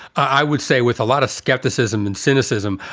i would say with a lot of skepticism and cynicism,